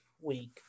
week